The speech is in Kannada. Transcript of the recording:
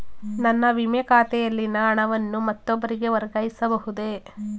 ನನ್ನ ವಿಮೆ ಖಾತೆಯಲ್ಲಿನ ಹಣವನ್ನು ಮತ್ತೊಬ್ಬರಿಗೆ ವರ್ಗಾಯಿಸ ಬಹುದೇ?